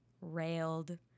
railed